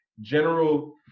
general